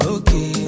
okay